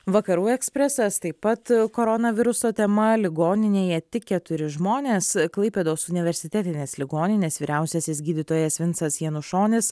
vakarų ekspresas taip pat koronaviruso tema ligoninėje tik keturi žmonės klaipėdos universitetinės ligoninės vyriausiasis gydytojas vincas janušonis